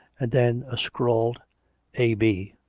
and then a scrawled a. b,